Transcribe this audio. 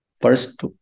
First